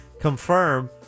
confirm